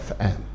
FM